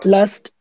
Last